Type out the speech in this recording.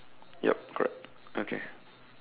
yup correct okay